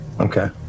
okay